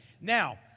Now